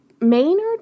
Maynard